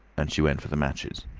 and she went for the matches.